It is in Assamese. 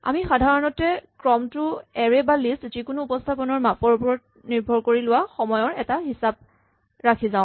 আমি সাধাৰণতে ক্ৰমটোৰ এৰে বা লিষ্ট যিকোনো উপস্হাপনৰ মাপৰ ওপৰত নিৰ্ভৰ কৰি লোৱা সময়ৰ এটা হিচাপ ৰাখি যাওঁ